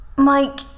Mike